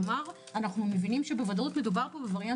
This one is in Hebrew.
כלומר אנחנו מבינים בוודאות שמדובר בווריאנט